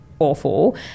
Awful